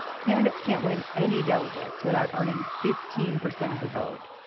candidates can't win any delegates without earning fifteen percent of the vote,